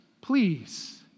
please